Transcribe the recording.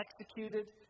executed